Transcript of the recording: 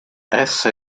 essa